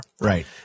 Right